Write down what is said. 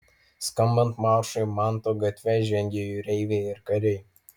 skambant maršui manto gatve žengė jūreiviai ir kariai